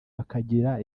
bakagira